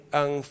ang